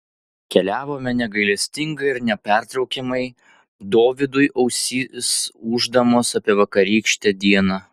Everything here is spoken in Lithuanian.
keliavome negailestingai ir nepertraukiamai dovydui ausis ūždamos apie vakarykštę dieną